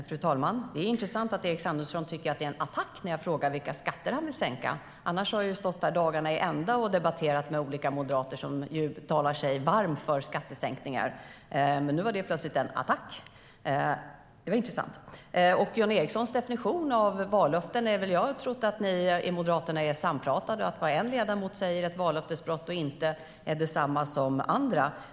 Fru talman! Det är intressant att Erik Andersson tycker att det är en attack när jag frågar vilka skatter han vill sänka med tanke på att jag har stått här dagarna i ända och debatterat med olika moderater som har talat sig varma för skattesänkningar. Men nu var det plötsligt en attack. Vad gäller Jan Ericsons definition av vallöftesbrott trodde jag att Moderaterna var sampratade och att det en ledamot säger är vallöftesbrott eller inte gäller för er alla.